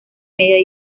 media